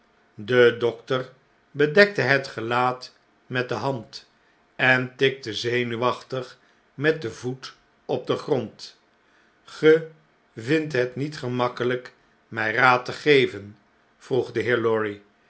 de dokter bedekte het gelaat met de hand en tikte zenuwachtig met den voet op den grond ge vindt het niet gemakkelp mij raad te geven vroeg de heer lorry